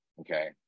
okay